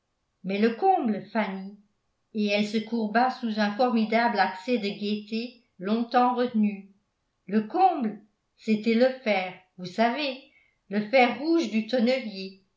mais le comble fanny et elle se courba sous un formidable accès de gaieté longtemps retenue le comble c'était le fer vous savez le fer rouge du tonnelier